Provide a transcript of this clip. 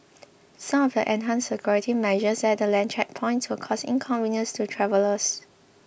some of the enhanced security measures at the land checkpoints will cause inconvenience to travellers